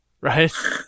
right